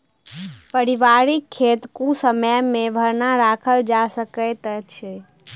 पारिवारिक खेत कुसमय मे भरना राखल जा सकैत अछि